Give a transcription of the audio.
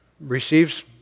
receives